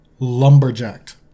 lumberjacked